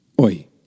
oi